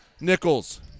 Nichols